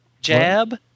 jab